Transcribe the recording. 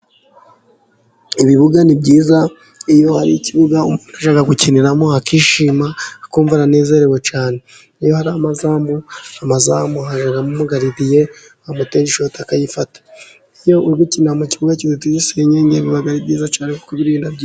Ibibuga ni byiza, iyo hari ikibuga, ushaka gukiniramo akishima, akumva aranezerewe cyane. Iyo hari amazamu, amazamu hahagararamo umugaridiye, bamutera ishoti akayifata. Iyo uri gukinira mu kibuga kizitije senyenge, biba ari byizacyane.